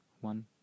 one